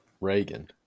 Reagan